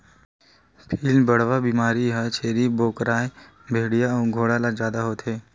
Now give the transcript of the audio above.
पिलबढ़वा बेमारी ह छेरी बोकराए भेड़िया अउ घोड़ा ल जादा होथे